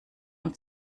und